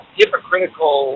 hypocritical